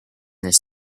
this